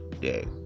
day